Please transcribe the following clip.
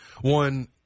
one